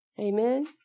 Amen